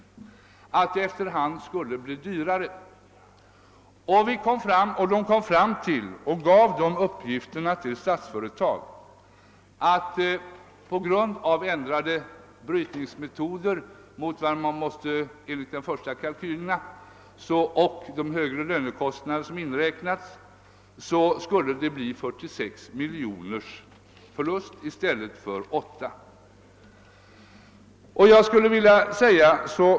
Man kom alltså fram till — och vidarebefordrade dessa uppgifter till Statsföretag — att förlusten på grund av de ändrade brytningsmetoderna och på grund av de högre lönekostnaderna skulle bli 46 miljoner i stället för 8.